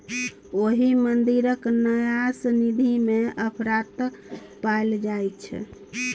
ओहि मंदिरक न्यास निधिमे अफरात पाय छै